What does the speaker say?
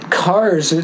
cars